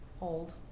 old